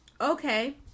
Okay